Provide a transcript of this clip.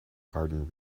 garden